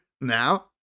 now